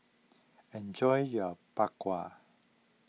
enjoy your Bak Kwa